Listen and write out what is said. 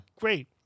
Great